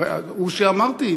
הוא שאמרתי.